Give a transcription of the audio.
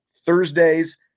Thursdays